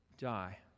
die